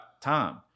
time